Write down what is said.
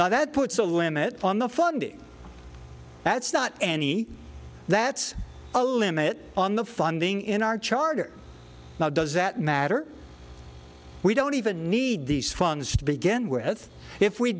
now that puts a limit on the funding that's not any that's a limit on the funding in our charter now does that matter we don't even need these funds to begin with if we